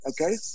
okay